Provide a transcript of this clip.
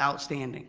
outstanding.